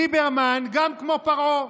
ליברמן גם כמו פרעה.